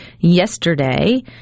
yesterday